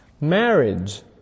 Marriage